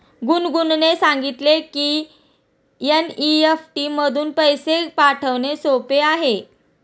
गुनगुनने सांगितले की एन.ई.एफ.टी मधून पैसे पाठवणे सोपे आहे